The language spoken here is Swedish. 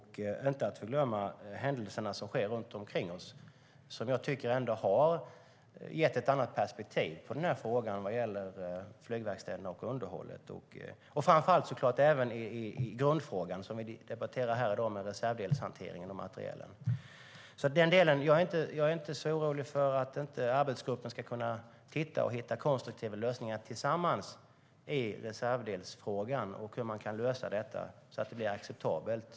Händelserna som sker runt omkring oss är inte heller att förglömma. Jag tycker att de har gett ett annat perspektiv på frågan vad gäller flygverkstäderna och underhållet. Det handlar även om grundfrågan som vi debatterar här i dag om reservdelshanteringen och materielen. Jag är inte så orolig för att arbetsgruppen inte ska kunna titta på och hitta konstruktiva lösningar tillsammans i reservdelsfrågan. Man kan nog lösa detta så att det blir acceptabelt.